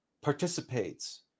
participates